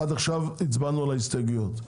עד עכשיו הצבענו על ההסתייגויות,